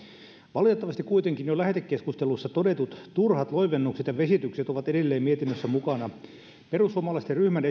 valitettavasti kuitenkin jo lähetekeskustelussa todetut turhat loivennukset ja vesitykset ovat edelleen mietinnössä mukana perussuomalaisten ryhmän